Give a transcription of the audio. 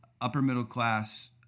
upper-middle-class